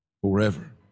forever